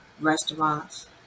Restaurants